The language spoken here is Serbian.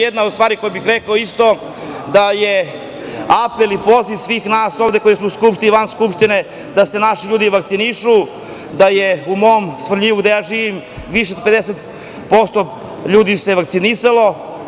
Jedna od stvari koju bih rekao isto da je apel i poziv svih nas ovde koji smo u Skupštini i van Skupštine da se naši ljudi vakcinišu, da je u mom Svrljigu, gde ja živim, više od 50% ljudi vakcinisanih.